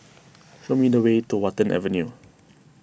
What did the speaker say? show me the way to Watten Avenue